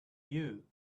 you